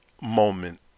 moment